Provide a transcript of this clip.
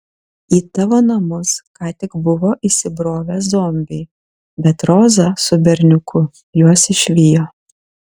į tavo namus ką tik buvo įsibrovę zombiai bet roza su berniuku juos išvijo